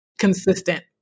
consistent